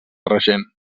regent